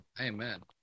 amen